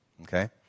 Okay